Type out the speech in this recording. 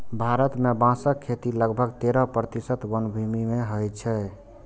भारत मे बांसक खेती लगभग तेरह प्रतिशत वनभूमि मे होइ छै